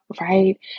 right